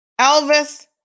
Elvis